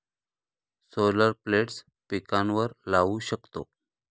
solar plates पिकांवर लाऊ शकतो